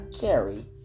carry